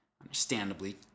understandably